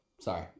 Sorry